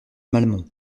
malmont